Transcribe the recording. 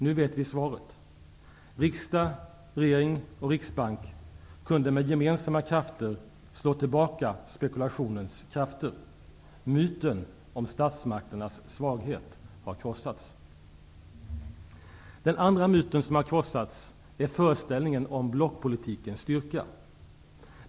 Nu vet vi svaret: Riksdag, regering och riksbank kunde med gemensamma krafter slå tillbaka spekulationens krafter. Myten om statsmakternas svaghet har krossats. Den andra myt, som krossats är föreställningen om blockpolitikens styrka.